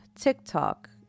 TikTok